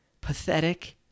pathetic